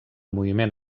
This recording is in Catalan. moviment